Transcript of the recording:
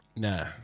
Nah